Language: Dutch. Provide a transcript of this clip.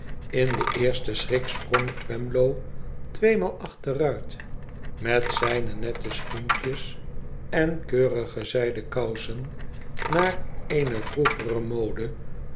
in den eersten schrik sprong twemlow tweemaal achteruit met zijne nette schoentjes en keurige zijde kousen naar eene vroegere mode